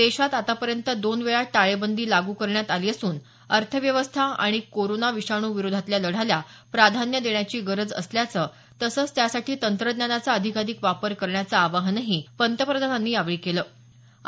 देशात आतापर्यंत दोन वेळा टाळेबंदी लागू करण्यात आली असून अर्थव्यवस्था आणि कोरोना विषाणू विरोधातल्या लढ्याला प्राधान्य देण्याची गरज असल्याचं तसंच त्यासाठी तंत्रज्ञानाचा अधिकाधिक वापर करण्याचं आवाहनही पंतप्रधानांनी यावेळी देशवासियांना केलं आहे